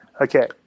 Okay